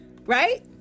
Right